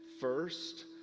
first